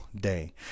day